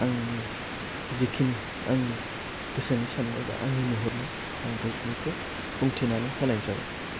आंनि जिखिनि आंनि गोसोनि साननाय बा आंनि नुहुरनाय आं बेखिनिखौ बुंथिनानै होनाय जाबाय